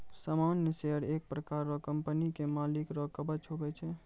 सामान्य शेयर एक प्रकार रो कंपनी के मालिक रो कवच हुवै छै